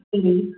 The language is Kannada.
ಇರಿ